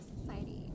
society